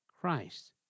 Christ